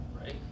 right